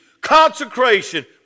consecration